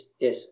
yes